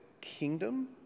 Kingdom